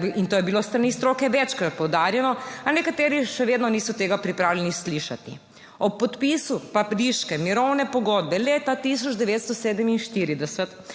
bil, in to je bilo s strani stroke večkrat poudarjeno, a nekateri še vedno niso tega pripravljeni slišati. Ob podpisu pariške mirovne pogodbe leta 1947,